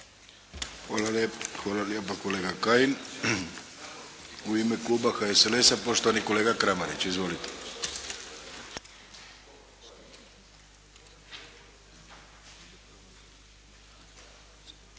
Hvala lijepa kolega Kajin. U ime kluba HSLS-a, poštovani kolega Kramarić. Izvolite.